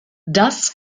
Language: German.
das